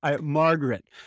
Margaret